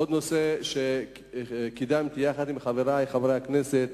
עוד נושא שקידמתי יחד עם חברי חברי הכנסת,